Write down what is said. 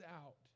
out